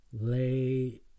lay